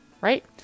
Right